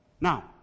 Now